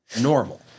normal